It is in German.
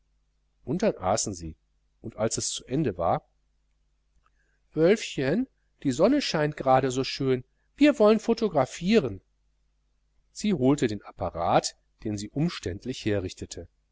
und dann aßen sie und als es zu ende war wölfchen die sonne scheint gerade so schön wir wollen fotografieren sie holte den apparat den sie umständlich herrichtete